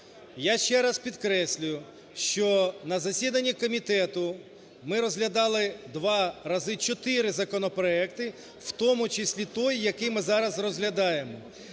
Я ще раз підкреслюю, що на засіданні комітету ми розглядали два рази чотири законопроекти, в тому числі той, який ми зараз розглядаємо.